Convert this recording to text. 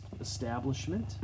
establishment